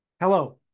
Hello